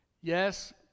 Yes